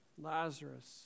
Lazarus